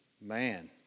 Man